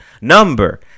number